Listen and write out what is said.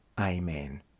Amen